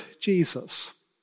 Jesus